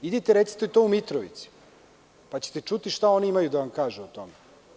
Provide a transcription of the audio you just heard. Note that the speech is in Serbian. Idite i recite to u Mitrovici, pa ćete čuti šta oni imaju da vam kažu na to.